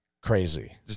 crazy